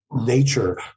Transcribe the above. nature